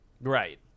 Right